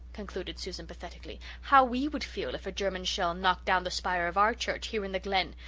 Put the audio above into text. concluded susan pathetically, how we would feel if a german shell knocked down the spire of our church here in the glen,